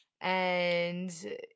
and-